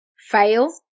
fail